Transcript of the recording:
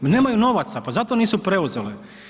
Nemaju novaca, pa zato nisu preuzele.